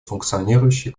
функционирующей